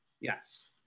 Yes